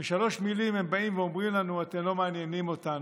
בשלוש מילים הם באים ואומרים לנו: אתם לא מעניינים אותנו.